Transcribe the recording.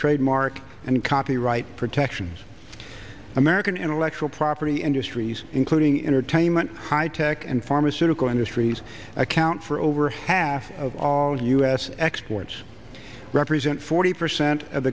trademark and copyright protections american intellectual property industries including entertainment high tech and pharmaceutical industries account for over half of all u s exports represent forty percent of